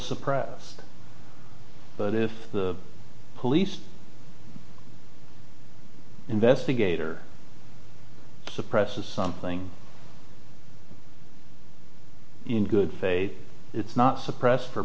surprise but if the police investigator suppresses something in good faith it's not suppressed for